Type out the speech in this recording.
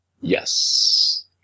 Yes